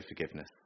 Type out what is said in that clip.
forgiveness